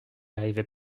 arrivait